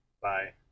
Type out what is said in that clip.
Bye